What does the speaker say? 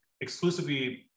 exclusively